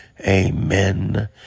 Amen